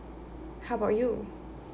how about you